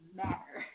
matter